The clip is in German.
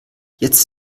jetzt